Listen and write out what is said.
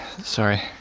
Sorry